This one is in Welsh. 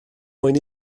mwyn